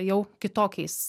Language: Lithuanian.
jau kitokiais